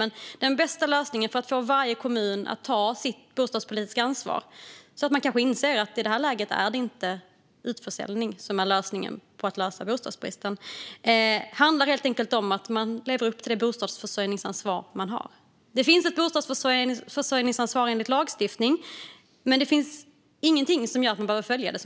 Men den bästa lösningen för att få varje kommun att ta sitt bostadspolitiska ansvar och kanske inse att det i det här läget inte är utförsäljning som är lösningen på bostadsbristen handlar helt enkelt om att de ska leva upp till det bostadsförsörjningsansvar de har. Det finns ett bostadsförsörjningsansvar enligt lagstiftning. Men det finns ingenting som gör att kommunerna behöver följa det.